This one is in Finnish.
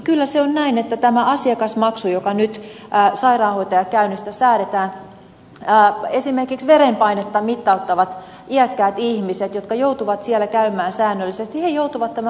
kyllä se on näin että kun tämä asiakasmaksu nyt sairaanhoitajakäynnistä säädetään niin esimerkiksi verenpainetta mittauttavat iäkkäät ihmiset jotka joutuvat siellä käymään säännöllisesti joutuvat tämän maksun maksamaan